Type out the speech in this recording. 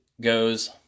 goes